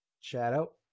Shadow